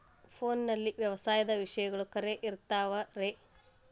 ಫೋನಲ್ಲಿ ವ್ಯವಸಾಯದ ವಿಷಯಗಳು ಖರೇ ಇರತಾವ್ ರೇ?